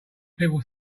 people